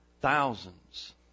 Thousands